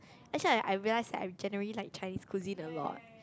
actually like I realise that I generally like Chinese cuisine a lot